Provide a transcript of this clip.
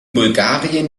bulgarien